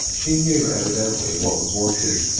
she knew evidently what was wanted,